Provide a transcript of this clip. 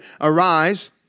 arise